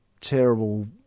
terrible